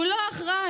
הוא לא אחראי.